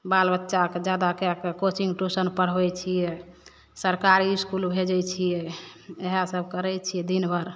बाल बच्चाके जादा कएके कोचिंग ट्यूशन पढ़बय छियै सरकारी इसकुल भेजय छियै इएह सब करय छियै दिनभरि